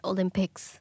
Olympics